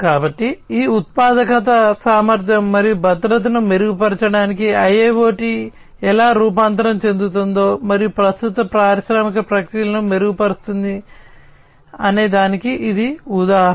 కాబట్టి ఉత్పాదకత సామర్థ్యం మరియు భద్రతను మెరుగుపరచడానికి IIoT ఎలా రూపాంతరం చెందుతుందో మరియు ప్రస్తుత పారిశ్రామిక ప్రక్రియలను మెరుగుపరుస్తుంది అనేదానికి ఇది ఉదాహరణ